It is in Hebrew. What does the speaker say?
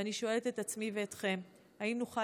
ואני שואלת את עצמי ואתכם: האם נוכל